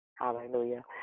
hallelujah